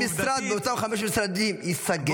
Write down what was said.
אם משרד מאותם חמשת המשרדים ייסגר,